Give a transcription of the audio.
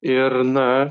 ir na